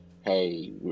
Hey